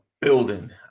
building